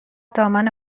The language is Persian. دامن